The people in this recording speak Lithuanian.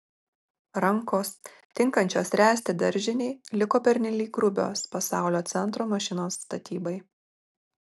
rankos tinkančios ręsti daržinei liko pernelyg grubios pasaulio centro mašinos statybai